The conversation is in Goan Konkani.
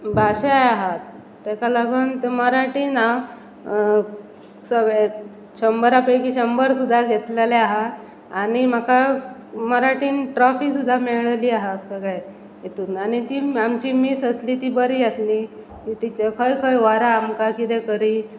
भाश आहात तेका लागून ते मराठीन हांव शंबरा पैकी शंबर सुद्दा घेतलेले आहा आनी म्हाका मराठीन ट्रॉफी सुद्दा मेळली आहा सगळे हेतून आनी ती आमची मीस आसली ती बरी आसली टिचर खंय खंय व्हरां आमकां किदं करी